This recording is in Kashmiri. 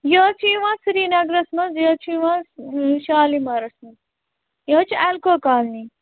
یہِ حظ چھِ یِوان سرینَگرَس منٛز یہِ حظ چھُ یِوان شالِمارَس منٛز یہِ حظ چھِ ایلکو کالنی